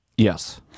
Yes